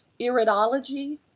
iridology